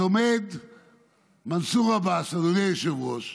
אז עומד מנסור עבאס, אדוני היושב-ראש,